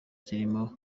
zirimo